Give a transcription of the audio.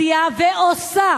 מצדיעה ועושה